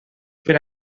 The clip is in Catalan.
per